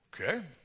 Okay